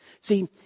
See